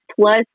plus